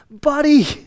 buddy